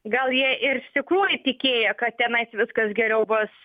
gal jie ir iš tikrųjų įtikėjo kad tenais viskas geriau bus